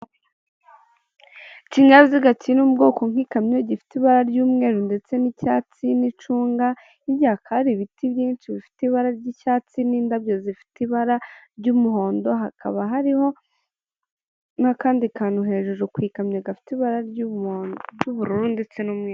Ikinyabiziga kiri mu bwoko nk'ikamyo gifite ibara ry'umweru ndetse n'icyatsi n'icunga ,bityo hakaba hari ibiti byinshi bifite ibara ry'icyatsi n'indabyo zifite ibara ry'umuhondo hakaba hariho n'akandi kantu hejuru ku ikamyo gafite ibara ry'ubururu ndetse n'umweru.